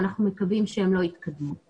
ואנחנו מקווים שהן לא יתקדמו.